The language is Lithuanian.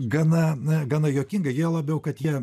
gana na gana juokinga juo labiau kad jie